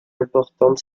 importante